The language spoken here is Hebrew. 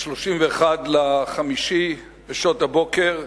ב-31 במאי, בשעות הבוקר,